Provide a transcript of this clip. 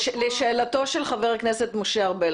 לשאלתו של חבר הכנסת משה ארבל,